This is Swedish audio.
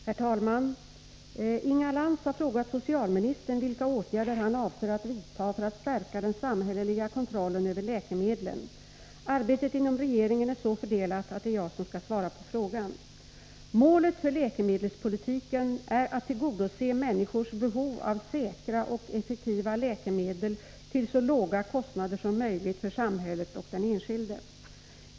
Herr talman! Inga Lantz har frågat socialministern vilka åtgärder han avser att vidta för att stärka den samhälleliga kontrollen över läkemedlen. Arbetet inom regeringen är så fördelat att det är jag som skall svara på frågan. Målet för läkemedelspolitiken är att tillgodose människors behov av säkra och effektiva läkemedel till så låga kostnader som möjligt för samhället och den enskilde.